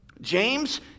James